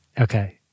Okay